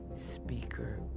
speaker